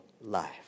life